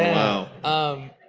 wow. um